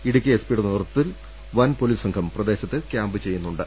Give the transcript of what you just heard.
Idukki S പിയുടെ നേതൃത്വത്തിൽ വൻ പൊലീസ് സംഘം പ്രദേശത്ത് ക്യാമ്പ് ചെയ്യുന്നുണ്ട്